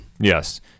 Yes